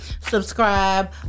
Subscribe